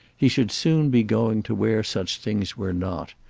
he should soon be going to where such things were not,